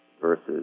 versus